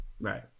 Right